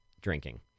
drinking